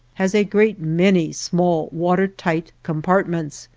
has a great many small water-tight compartments,